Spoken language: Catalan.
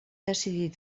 decidit